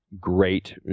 great